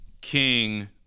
king